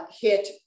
hit